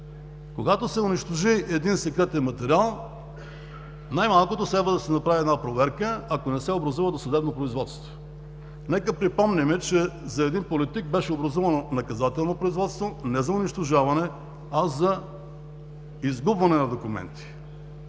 Когато се унищожи един секретен материал, най-малкото следва да се направи една проверка, ако не се образува досъдебно производство. Нека да припомним, че за един политик беше образувано наказателно производство не за унищожаване, а за изгубване на документи.